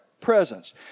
presence